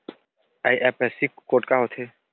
IFSC code का होथे?